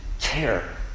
care